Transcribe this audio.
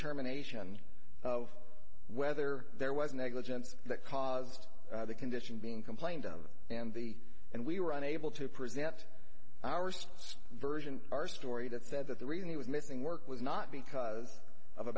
determination of whether there was negligence that caused the condition being complained of and the and we were unable to present our version our story that said that the reason he was missing work was not because of a